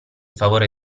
favore